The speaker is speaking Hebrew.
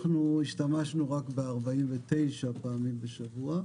אנחנו השתמשנו רק ב-49 פעמים בשבוע.